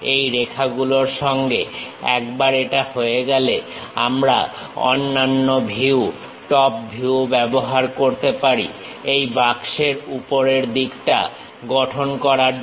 এই রেখাগুলোর সঙ্গে একবার এটা হয়ে গেলে আমরা অন্যান্য ভিউ টপ ভিউ ব্যবহার করতে পারি এই বাক্সের উপরের দিকটা গঠন করার জন্য